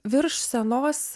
virš senos